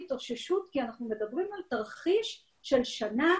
התאוששות כי אנחנו מדברים על תרחיש של שנה